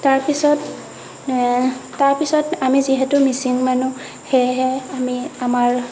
তাৰ পিছত তাৰ পিছত আমি যিহেতু মিচিং মানুহ সেয়েহে আমি আমাৰ